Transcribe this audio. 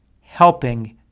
helping